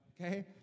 okay